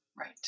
Right